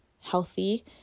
healthy